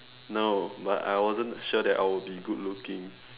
no but I wasn't sure that I will be good looking